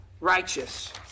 righteous